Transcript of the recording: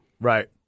Right